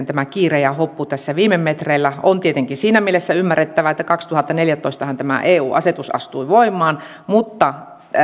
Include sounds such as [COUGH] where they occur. [UNINTELLIGIBLE] tämä kiire ja hoppu tässä viime metreillä on tietenkin siinä mielessä ymmärrettävää että kaksituhattaneljätoistahan tämä eu asetus astui voimaan mutta